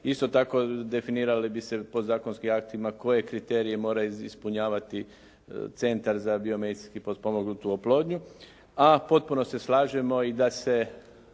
Isto tako definirali bi se podzakonskim aktima koje kriterije mora ispunjavati Centar za biomedicinski potpomognutu oplodnju a potpuno se slažemo i da se,